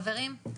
חברים,